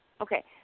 Okay